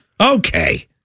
Okay